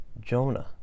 Jonah